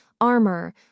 armor